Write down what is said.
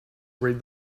read